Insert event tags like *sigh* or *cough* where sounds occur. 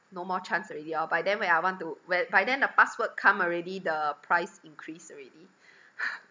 no more chance already orh by then when I want to whe~ by then the password come already the price increase already *laughs*